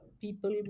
people